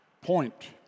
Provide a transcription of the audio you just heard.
point